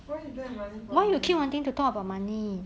why you don't have money for me